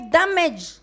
damage